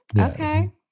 okay